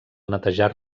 netejar